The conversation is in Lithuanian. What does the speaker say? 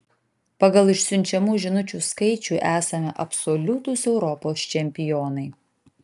pagal išsiunčiamų žinučių skaičių esame absoliutūs europos čempionai